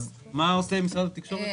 מה עושה משרד התקשורת בעניין?